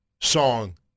song